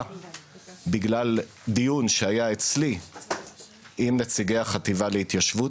בגלל דיון שהיה אצלי עם נציגי החטיבה להתיישבות,